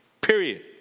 Period